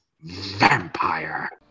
Vampire